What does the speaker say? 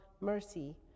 mercy